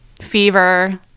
fever